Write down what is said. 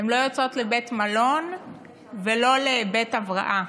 הן לא יוצאות לבית מלון ולא לבית הבראה,